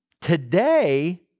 today